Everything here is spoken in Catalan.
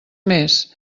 més